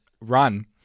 run